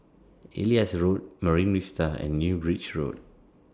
Elias Road Marine Vista and New Bridge Road